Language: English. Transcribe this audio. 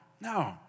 No